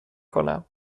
کنم